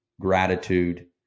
gratitude